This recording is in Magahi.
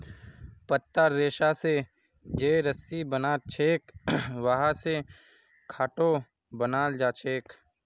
पत्तार रेशा स जे रस्सी बनछेक वहा स खाटो बनाल जाछेक